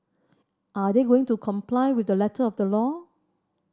are they going to comply with the letter of the law